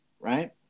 right